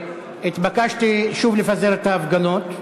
התבקשתי שוב לפזר את ההפגנות.